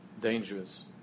dangerous